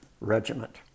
Regiment